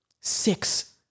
six